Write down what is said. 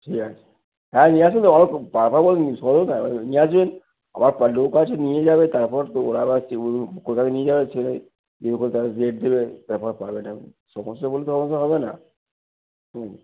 ঠিক আছে হ্যাঁ নিয়ে আসুন নিয়ে আসবেন আমার লোক আছে নিয়ে যাবে তারপর তো ওরা আবার কোথায় নিয়ে যাবে ছেলে দিয়ে ওখানে তো আবার ডেট দেবে তারপরে পাবেন আপনি সমস্যা বলতে অতটা হবে না হুম